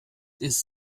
ist